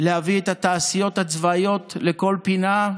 להביא את התעשיות הצבאיות לכל פינה.